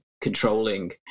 controlling